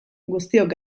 guztiok